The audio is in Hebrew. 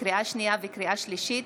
לקריאה שנייה ולקריאה שלישית: